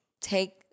take